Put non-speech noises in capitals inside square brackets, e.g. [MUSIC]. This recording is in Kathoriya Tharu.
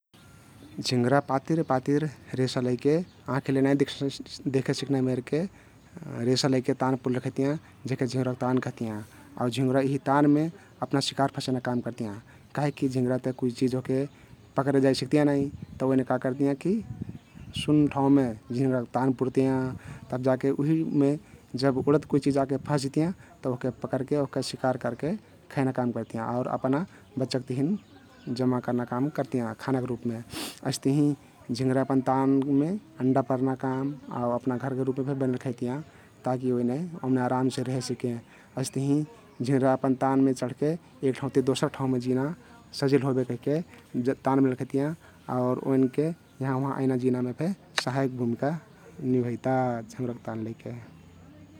झिंगुरा पातिर पातिर रेसा लैके आँखिले [UNINTELLIGIBLE] नाई देखे सिक्ना मेरके [HESITATION] रेसा लैके तान पुरले रहतियाँ । जेहके झिंगुरक तान कहतियाँ । आउ झिंगुरा यीही तानमे अपना शिकार फसैना काम करतियाँ । काहिकी झिंगुरा ते कुइ चिझ ओहके पकरे जाइ सक्तियाँ नाई तउ ओइने का करतियाँ कि सुन ठाउँमे झिंगुरक तान पुरतियाँ तब जाके उहिमे जब उडत कुइ चिज आके फँस जितियाँ तउ ओहके पकरके ओहका शिकार करके खैना काम करतियाँ । आउर अपना बच्चक तहिन जम्मा कर्ना काम करतियाँ खानक रुपमे । अइस्तहिं झिंगुरा अपन तान अण्डा पर्ना काम आउ अपना घरके रुपमे फेक बनैले रखैतियाँ ताकी ओइने अराम से रहे सकें । अइस्तहिं झिंगुरा अपन तानमे चढके एक ठाउँ ति दोसर ठाउँमे जिना सहजिल होबे कहिके [UNINTELLIGIBLE] झिंगुरक तान बनइले रहतियाँ आउ ओइनके यहाँवहाँ जैना सहायक भुमिका निभइता झिंगुरक तान लैके ।